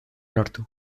lortu